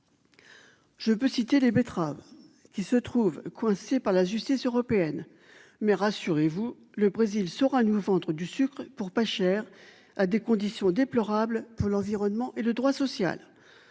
Je peux citer les betteraves qui se trouve coincés par la justice européenne. Mais rassurez-vous le Brésil sera nous ventre du sucre pour pas cher, à des conditions déplorables pour l'environnement et le droit social.